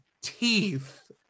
teeth